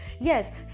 yes